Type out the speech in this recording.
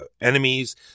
enemies